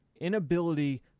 inability